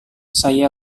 saya